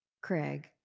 Craig